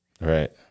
Right